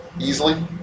Easily